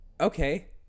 Okay